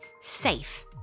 safe